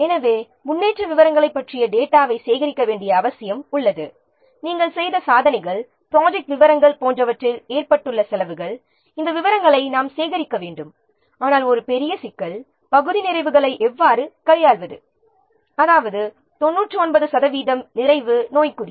எனவே முன்னேற்ற விவரங்களைப் பற்றிய டேட்டாவைச் சேகரிக்க வேண்டிய அவசியம் உள்ளது நாம் செய்த சாதனைகள் மற்றும் ப்ராஜெக்ட்டில் ஏற்பட்டுள்ள செலவுகள் போன்ற விவரங்களை நாம் சேகரிக்க வேண்டும் ஆனால் ஒரு பெரிய சிக்கல் என்னவென்றால் பகுதி நிறைவுகளை எவ்வாறு கையாள்வது அதாவது 99 சதவீதம் நிறைவு நோய்க்குறி